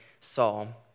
Saul